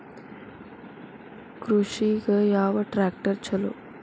ಕೃಷಿಗ ಯಾವ ಟ್ರ್ಯಾಕ್ಟರ್ ಛಲೋ?